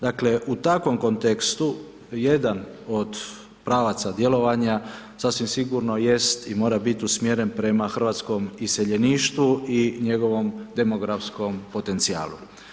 Dakle, u takvom kontekstu, jedan od pravaca djelovanja, sasvim sigurno jest i mora biti usmjeren prema hrvatskom iseljeništvu i njegovom demografskom potencijalu.